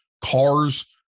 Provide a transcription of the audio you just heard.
cars